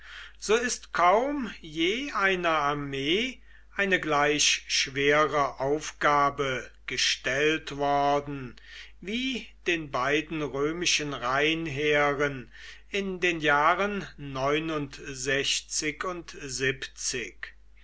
so ist kaum je einer armee eine gleich schwere aufgabe gestellt worden wie den beiden römischen rheinheeren in den jahren